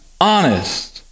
Honest